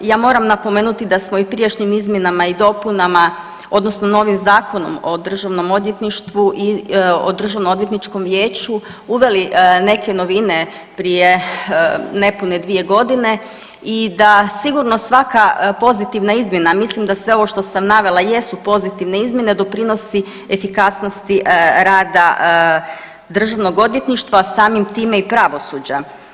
I ja moram napomenuti da smo i prijašnjim izmjenama i dopunama odnosno novim Zakonom o državnom odvjetništvu i o državno odvjetničkom vijeću uveli neke novine prije nepune dvije godine i da sigurno svaka pozitivna izmjena, mislim da sve ovo što sam navela jesu pozitivne izmjene, doprinosi efikasnosti rada državnog odvjetništva, a samim time i pravosuđa.